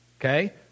Okay